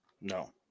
no